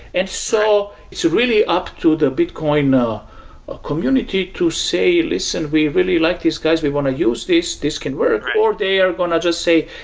and so it's really up to the bitcoin ah ah community to say, listen, we really like these guys. we want to use this. this can work, or they are going to just say,